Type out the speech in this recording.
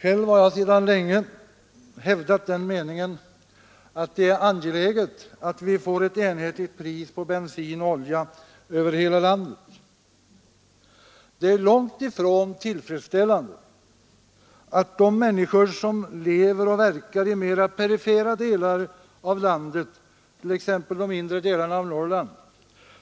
Själv har jag sedan länge hävdat den meningen att det är angeläget att vi får ett enhetligt pris på bensin och olja över hela landet. Det är långt ifrån tillfredsställande att de människor som lever och verkar i mera perifera delar av landet, t.ex. de inre delarna av Norrland,